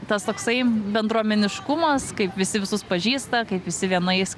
tas toksai bendruomeniškumas kaip visi visus pažįsta kaip visi vienais